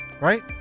Right